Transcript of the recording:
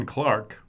Clark